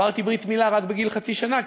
עברתי ברית מילה רק בגיל חצי שנה,